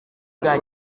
bwa